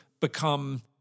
become